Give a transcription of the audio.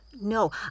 No